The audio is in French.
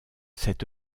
cette